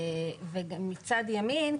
מצד ימין,